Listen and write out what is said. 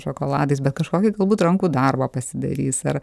šokoladais bet kažkokį galbūt rankų darbo pasidarys ar